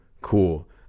Cool